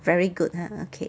very good ha okay